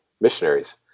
missionaries